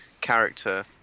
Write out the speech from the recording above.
character